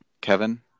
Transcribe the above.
Kevin